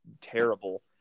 terrible